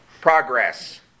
progress